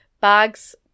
bags